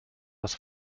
das